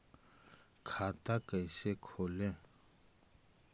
खाता कैसे खोले?